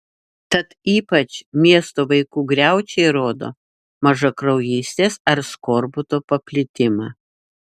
tad ypač miesto vaikų griaučiai rodo mažakraujystės ar skorbuto paplitimą